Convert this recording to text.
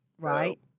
Right